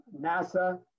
NASA